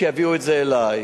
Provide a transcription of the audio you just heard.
שיביאו את זה אלי.